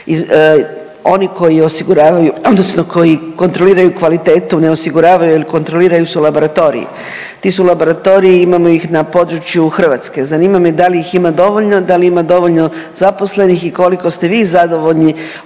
oni koji osiguravaju odnosno koji kontroliraju kvalitetu ne osiguravaju jel kontroliraju se u laboratoriji. Ti su laboratoriji imamo ih na području Hrvatske, zanima me da li ih ima dovoljno, da li ima dovoljno zaposlenih i koliko ste vi zadovoljni s onim